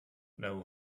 know